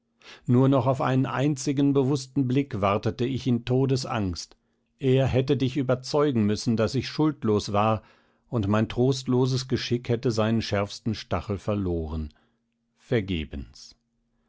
nur noch auf einen einzigen bewußten blick wartete ich in todesangst er hätte dich überzeugen müssen daß ich schuldlos war und mein trostloses geschick hätte seinen schärfsten stachel verloren vergebens